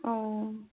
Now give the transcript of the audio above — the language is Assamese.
অঁ